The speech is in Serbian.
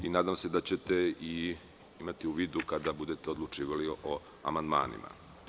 Nadam se da ćete ih imati u vidu kada budete odlučivali o amandmanima.